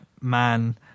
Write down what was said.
man